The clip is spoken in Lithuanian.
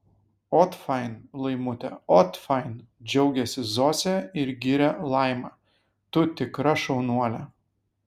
ot fain laimute ot fain džiaugiasi zosė ir giria laimą tu tikra šaunuolė